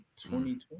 2020